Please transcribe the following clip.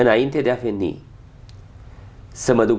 and i ended up in the some of the